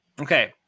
Okay